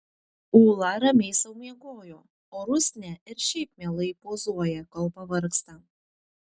ūla ramiai sau miegojo o rusnė ir šiaip mielai pozuoja kol pavargsta